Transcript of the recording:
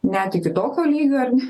net iki tokio lygio ar ne